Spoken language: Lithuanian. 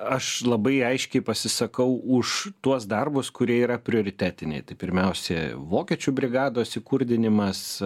aš labai aiškiai pasisakau už tuos darbus kurie yra prioritetiniai tai pirmiausia vokiečių brigados įkurdinimas